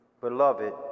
Beloved